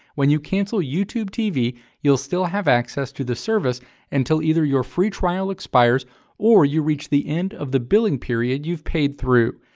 when you cancel youtube tv you'll still have access to the service until either your free trial expires or you reach the end of the billing period you've paid through.